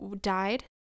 died